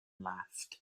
laughed